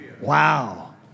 Wow